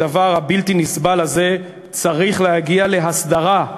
הדבר הבלתי-נסבל הזה צריך להגיע להסדרה.